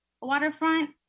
waterfront